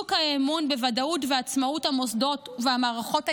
חיזוק האמון בוודאות ועצמאות המוסדות והמערכות הישראליות,